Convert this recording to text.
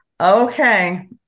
Okay